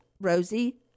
Rosie